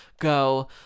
go